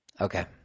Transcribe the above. Okay